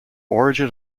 origin